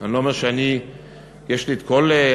אני לא אומר שיש לי כל הידע,